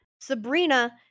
Sabrina